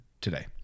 today